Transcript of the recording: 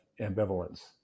ambivalence